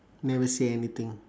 never say anything